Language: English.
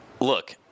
look